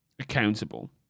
accountable